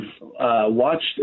watched